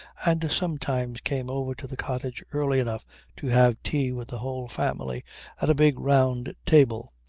and sometimes came over to the cottage early enough to have tea with the whole family at a big round table.